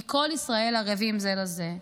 היא כל ישראל ערבים זה לזה.